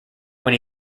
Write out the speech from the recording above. when